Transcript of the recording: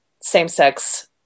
same-sex